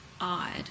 odd